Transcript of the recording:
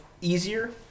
easier